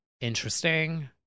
Interesting